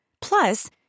Plus